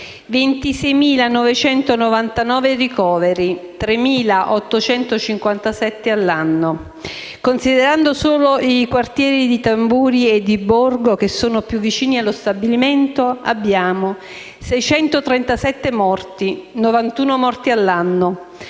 26.999 ricoveri, 3.857 all'anno. Considerando solo i quartieri di Tamburi e di Borgo, che sono più vicini allo stabilimento, abbiamo 637 morti, 91 morti all'anno